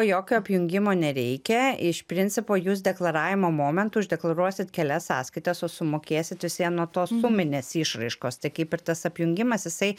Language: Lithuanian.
jokio apjungimo nereikia iš principo jūs deklaravimo momentu uždeklaruosit kelias sąskaitas o sumokėsit vis vien nuo to suminės išraiškos tai kaip ir tas apjungimas jisai